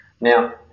Now